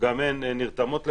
גם הן נרתמות לזה,